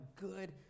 good